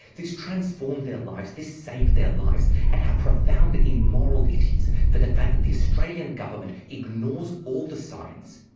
this transformed their lives, this saved their lives, and how profoundly immoral it is for the fact that the australian government ignores all the science.